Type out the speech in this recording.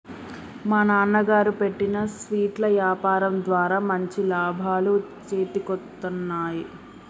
మా నాన్నగారు పెట్టిన స్వీట్ల యాపారం ద్వారా మంచి లాభాలు చేతికొత్తన్నయ్